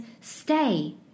Stay